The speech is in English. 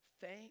thank